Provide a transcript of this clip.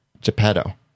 Geppetto